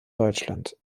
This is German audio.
deutschland